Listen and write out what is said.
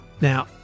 Now